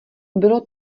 bylo